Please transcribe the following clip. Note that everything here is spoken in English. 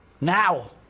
Now